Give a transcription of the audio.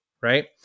right